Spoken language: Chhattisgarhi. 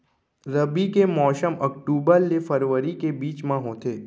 रबी के मौसम अक्टूबर ले फरवरी के बीच मा होथे